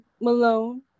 Malone